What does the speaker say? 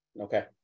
Okay